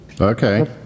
Okay